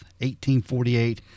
1848